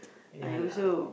ya lah